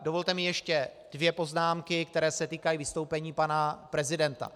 Dovolte mi ještě dvě poznámky, které se týkají vystoupení pana prezidenta.